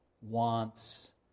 wants